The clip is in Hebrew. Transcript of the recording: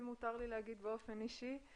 אם מותר לי להגיד באופן אישי,